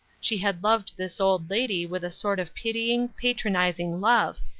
she had loved this old lady with a sort of pitying, patronizing love,